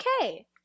okay